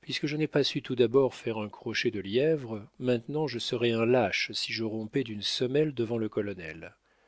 puisque je n'ai pas su tout d'abord faire un crochet de lièvre maintenant je serais un lâche si je rompais d'une semelle devant le colonel